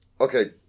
Okay